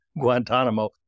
Guantanamo